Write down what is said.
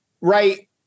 right